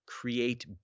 create